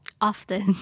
Often